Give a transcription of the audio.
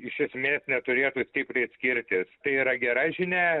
iš esmės neturėtų stipriai skirtis tai yra gera žinia